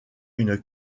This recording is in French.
une